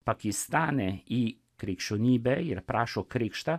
pakistane į krikščionybę ir prašo krikštą